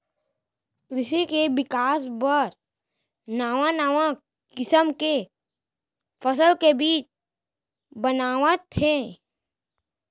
कृसि के बिकास बर नवा नवा किसम के फसल के बीज बनावत हें